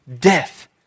death